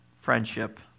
friendship